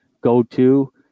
go-to